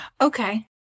Okay